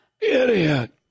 idiot